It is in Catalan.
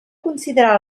considerar